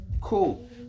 cool